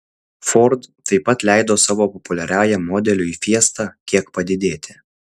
ford taip pat leido savo populiariajam modeliui fiesta kiek padidėti